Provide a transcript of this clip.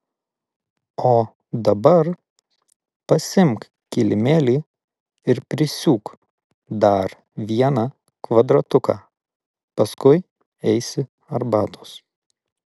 o dabar pasiimk kilimėlį ir prisiūk dar vieną kvadratuką paskui eisi arbatos